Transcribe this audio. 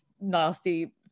nasty